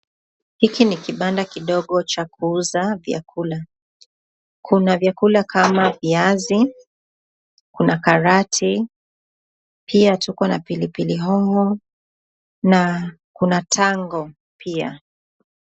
Hiki ni kibanda kidogo cha kuuza vyakula. Kuna vyakula kama viazi, kuna karati, pia tukona pilipili hoho na kuna tango pia.